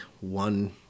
one